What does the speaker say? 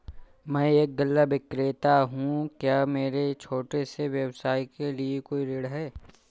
मैं एक गल्ला विक्रेता हूँ क्या मेरे छोटे से व्यवसाय के लिए कोई ऋण है?